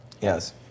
Yes